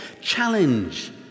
challenge